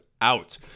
out